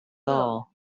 all